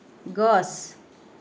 গছ